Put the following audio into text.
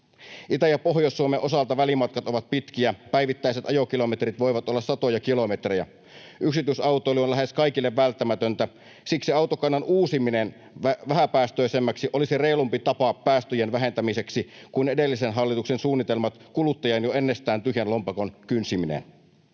Itä‑ ja Pohjois-Suomen osalta välimatkat ovat pitkiä. Päivittäiset ajokilometrit voivat olla satoja kilometrejä. Yksityisautoilu on lähes kaikille välttämätöntä. Siksi autokannan uusiminen vähäpäästöisemmäksi olisi reilumpi tapa päästöjen vähentämiseksi kuin edellisen hallituksen suunnitelma eli kuluttajien jo ennestään tyhjän lompakon kynsiminen.